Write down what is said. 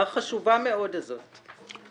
החשובה מאוד והיא שאתה גם גיאולוג,